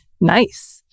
nice